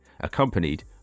accompanied